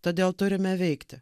todėl turime veikti